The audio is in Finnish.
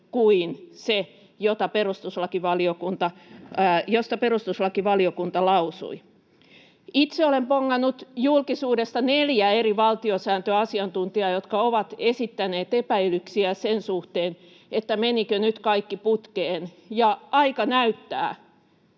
kuin se, mistä perustuslakivaliokunta lausui. Itse olen bongannut julkisuudesta neljä eri valtiosääntöasiantuntijaa, jotka ovat esittäneet epäilyksiä sen suhteen, menikö nyt kaikki putkeen, ja aika näyttää,